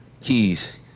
Keys